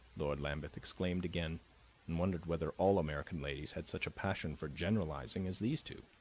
lord lambeth exclaimed again and wondered whether all american ladies had such a passion for generalizing as these two.